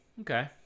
Okay